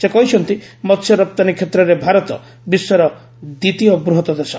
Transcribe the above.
ସେ କହିଛନ୍ତି ମହ୍ୟ ରପ୍ତାନୀ କ୍ଷେତ୍ରରେ ଭାରତ ବିଶ୍ୱର ଦ୍ୱିତୀୟ ବୃହତ ଦେଶ